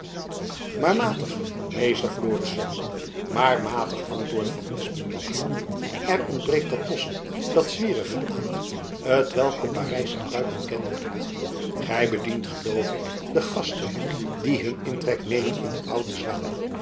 maar matig meester florisz maar matig antwoordde van espenblad er ontbreekt dat losse dat zwierige aan t welk de parijssche pruiken kenmerkt gy bedient geloof ik de gasten die hun intrek nemen in de oude zwaen